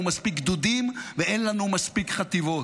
מספיק גדודים ואין לנו מספיק חטיבות,